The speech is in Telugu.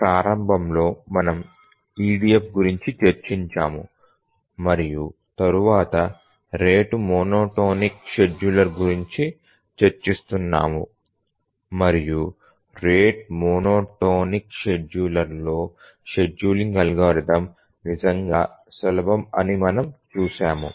ప్రారంభంలో మనము EDF గురించి చర్చించాము మరియు తరువాత రేటు మోనోటోనిక్ షెడ్యూలర్ గురించి చర్చిస్తున్నాము మరియు రేటు మోనోటోనిక్ షెడ్యూలర్లో షెడ్యూలింగ్ అల్గోరిథం నిజంగా సులభం అని మనము చూశాము